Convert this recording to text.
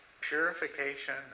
purification